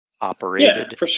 operated